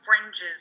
fringes